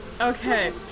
Okay